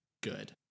good